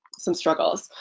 some struggles.